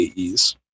AEs